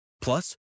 Plus